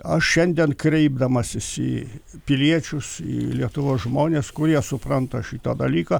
aš šiandien kreipdamasis į piliečius į lietuvos žmones kurie supranta šitą dalyką